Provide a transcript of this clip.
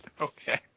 Okay